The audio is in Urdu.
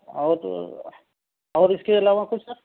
اور اور اس کے علاوہ کچھ سر